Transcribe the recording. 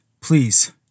please